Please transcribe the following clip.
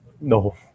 no